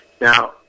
Now